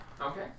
Okay